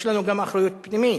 יש לנו גם אחריות פנימית